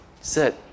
sit